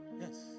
Yes